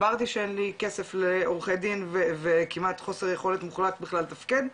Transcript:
הסברתי שאין לי כסף לעורכי דין וכמעט חוזר יכול מוחלט בכלל לתפקד,